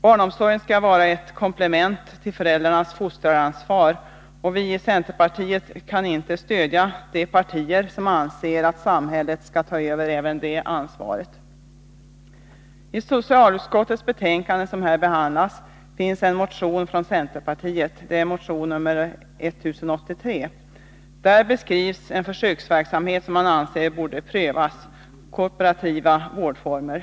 Barnomsorgen skall vara ett komplement till föräldrarnas fostraransvar, och vi i centerpartiet kan inte stödja de partier som anser att samhället skall ta över även det ansvaret. I socialutskottets betänkande som här behandlas finns en motion nr 1083 från centerpartiet. Där beskrivs en försöksverksamhet som man anser borde prövas: kooperativa vårdformer.